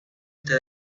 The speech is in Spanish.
este